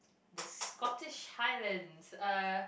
the Scottish highlands uh